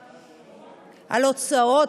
הוצאות,